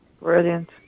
Brilliant